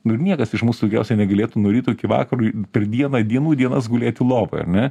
nu ir niekas iš mūsų negalėtų nuo ryto iki vakaro per dieną dienų dienas gulėti lovoj ar ne